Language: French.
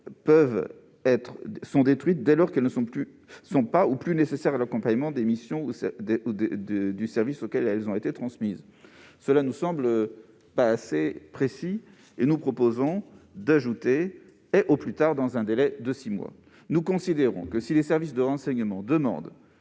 sont détruites dès lors qu'elles ne sont pas ou plus nécessaires à l'accomplissement des missions du service auquel elles ont été transmises ». Cette disposition ne nous semblant pas assez précise, nous proposons d'ajouter les mots :« et au plus tard dans un délai de six mois ». En effet, nous considérons que les services de renseignement ne doivent